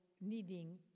needing